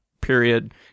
period